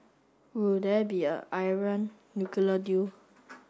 will there be a nuclear deal